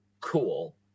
Cool